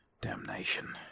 Damnation